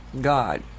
God